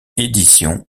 édition